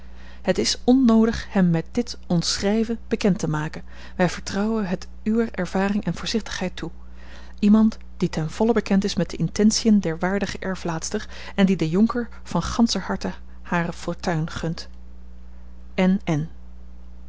het is onnoodig hem met dit ons schrijven bekend te maken wij vertrouwen het uwer ervaring en voorzichtigheid toe iemand die ten volle bekend is met de intentiën der waardige erflaatster en die den jonker van ganscher harte hare fortuin gunt n n